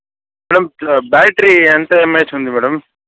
madam battery ఎంత mAh ఉంది madam